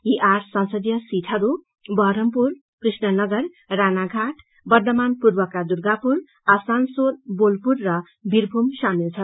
यी आठ संसदीय सीटहरू बहरमपुर कृष्णनगर राणाषाट बर्दमान पूर्वका दुर्गापुर आसनसोल बोलपूर र बीरभूम शामेल छन्